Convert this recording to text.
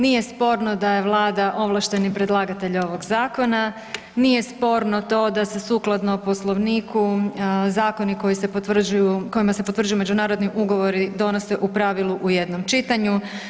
Nije sporno da je Vlada ovlašteni predlagatelj ovog zakona, nije sporno to da se sukladno Poslovniku zakoni koji se potvrđuju, kojima se potvrđuju međunarodni ugovore donose u pravilu u jednom čitanju.